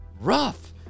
rough